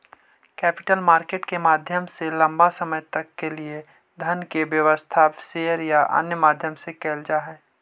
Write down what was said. capital market के माध्यम से लंबा समय तक के लिए धन के व्यवस्था शेयर या अन्य माध्यम से कैल जा हई